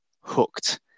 hooked